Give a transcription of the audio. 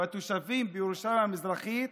בתושבים בירושלים המזרחית,